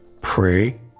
pray